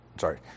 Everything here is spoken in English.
sorry